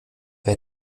wer